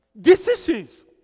Decisions